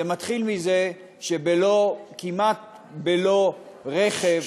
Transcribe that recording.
זה מתחיל בזה שכמעט בלא רכב,